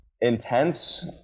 intense